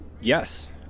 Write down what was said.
Yes